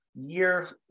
year